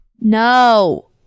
No